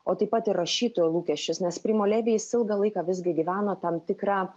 o taip pat ir rašytojo lūkesčius nes primo levi jis ilgą laiką visgi gyveno tam tikrą